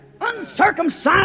uncircumcised